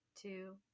two